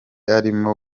arimo